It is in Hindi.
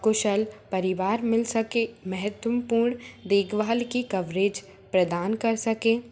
कुशल परिवार मिल सके महत्वपूर्ण देखभाल की कवरेज प्रदान कर सके